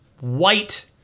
white